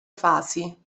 fasi